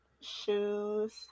shoes